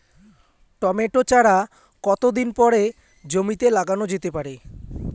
Tomato চারা কতো দিন পরে জমিতে লাগানো যেতে পারে?